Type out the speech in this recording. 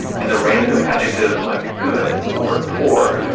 and the random adjectives like good! or poor!